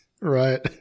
Right